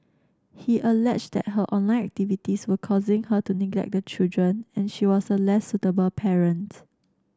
he alleged that her online activities were causing her to neglect the children and she was a less suitable parent